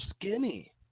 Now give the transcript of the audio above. skinny